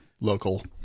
local